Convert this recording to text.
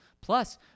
Plus